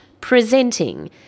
presenting